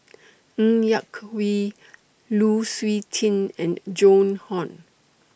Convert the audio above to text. Ng Yak Whee Lu Suitin and Joan Hon